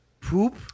poop